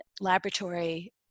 laboratory